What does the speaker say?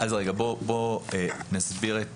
אני אסביר את